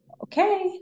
okay